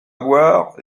boire